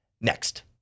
Next